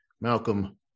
Malcolm